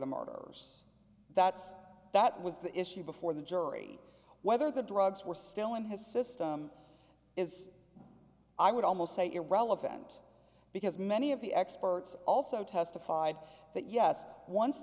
the murders that's that was the issue before the jury whether the drugs were still in his system is i would almost say irrelevant because many of the experts also testified that yes once